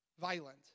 violent